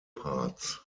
parts